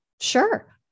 sure